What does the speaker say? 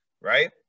right